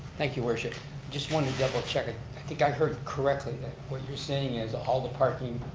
thank you worship just wanted to double-check. i think i heard correctly that what you're saying is all the parking